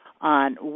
on